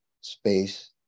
space